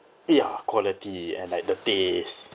ya quality and like the taste